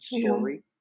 story